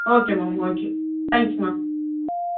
okay ma'am okay thank you ma'am